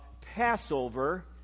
Passover